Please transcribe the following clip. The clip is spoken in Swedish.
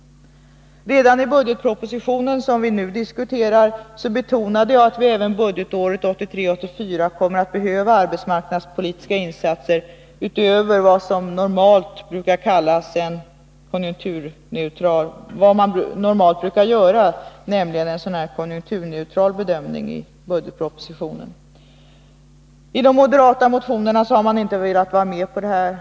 Redan i budgetpropositionen, som vi nu diskuterar, har jag betonat att vi även budgetåret 1983/84 kommer att behöva arbetsmarknadspolitiska insatser utöver vad man normalt brukar göra, nämligen en konjunkturneutral bedömning. Som redan framgått av dagens debatt vill man i de moderata motionerna inte vara med om detta.